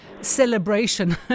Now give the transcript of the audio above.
celebration